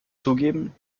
zugeben